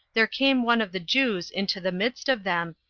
there came one of the jews into the midst of them,